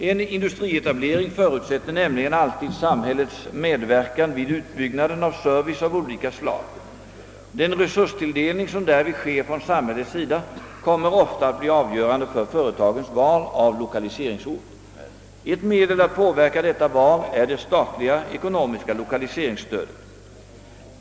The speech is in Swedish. En industrietablering förutsätter nämligen alltid samhällets medverkan vid utbyggnaden av service av olika slag. Den resurstilldelning som därvid sker från samhällets sida kommer ofta att bli avgörande för företagens val av lokaliseringsort. Ett medel att påverka detta val är det statliga ekonomiska lokaliseringsstödet.